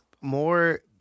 more